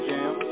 Jam